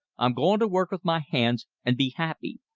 i'm going to work with my hands, and be happy!